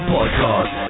Podcast